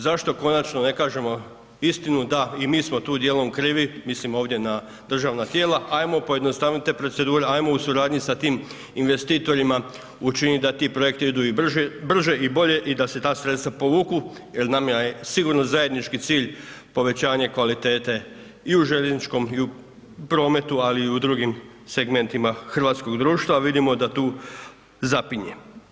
Zašto konačno ne kažemo istinu, da i mi smo tu dijelom krivi, mislim ovdje na državna tijela, hajmo, pojednostavite procedure, hajmo u suradnji sa tim investitorima učiniti da ti projekti idu i brže i bolje i da se ta sredstva povuku jer nama je sigurno zajednički cilj povećanje kvalitete i u željezničkom prometu, ali i u drugim segmentima hrvatskog društva, vidimo da tu zapinje.